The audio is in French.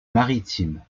maritimes